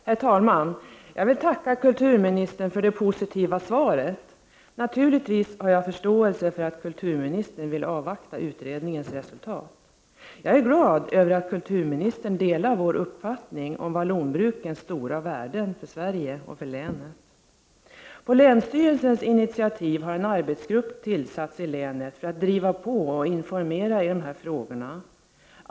Herr talman! Jag vill tacka kulturministern för det positiva svaret. Naturligtvis har jag förståelse för att kulturministern vill avvakta utredningens resultat. Jag är glad över att kulturministern delar uppfattningen om vallonbrukens stora värde för Sverige och för länet. På länsstyrelsens initiativ har en arbetsgrupp tillsatts i länet för att driva på och informera i de här frågorna.